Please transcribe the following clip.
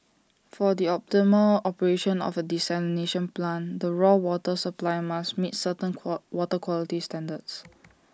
for the optimal operation of A desalination plant the raw water supply must meet certain qua water quality standards